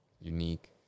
Unique